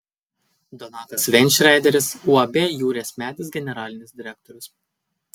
donatas veinšreideris uab jūrės medis generalinis direktorius